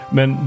Men